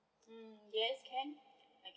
mm yes can I can